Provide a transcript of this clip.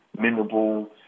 memorable